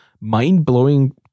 mind-blowing